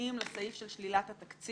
שנוגעים לסעיף בהצעת החוק של "שלילת התקציב",